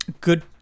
good